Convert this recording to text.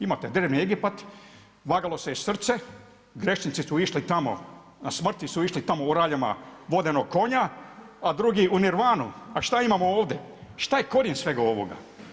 Imate drevni Egipat, vagalo se je srce, grešnici su išli tamo, na smrti su išli tamo u raljama Vodenog konja, a drugi u nirvanu, a što imamo ovdje, što je korijen svega ovoga.